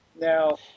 Now –